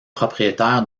propriétaire